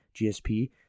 gsp